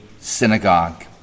Synagogue